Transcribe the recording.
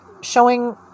showing